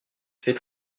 fait